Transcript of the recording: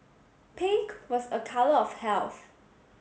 pink was a colour of health